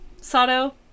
Sato